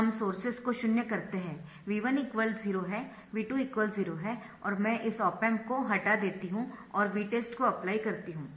हम सोर्सेस को शून्य करते है V1 0 है V2 0 है और मैं इस ऑप एम्प को हटा देती हूं और Vtest को अप्लाई करती हूं